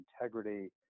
integrity